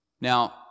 Now